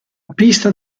pista